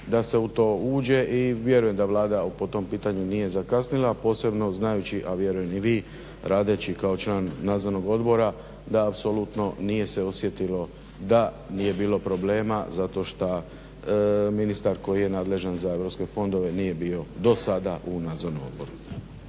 da se u to uđe i vjerujem da Vlada po tom pitanju nije zakasnila, posebno znajući a vjerujem i vi radeći kao član nadzornog odbora da apsolutno nije se osjetilo da nije bilo problema zato šta ministar koji je nadležan za Europske fondove nije bio do sada u nadzornom odboru.